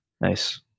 Nice